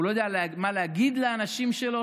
הוא לא יודע מה להגיד לאנשים שלו,